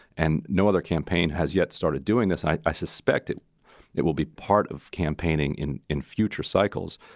and no other campaign has yet started doing this. i i suspect it it will be part of campaigning in in future cycles,